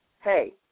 hey